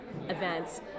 events